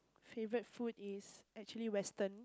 favourite food is actually western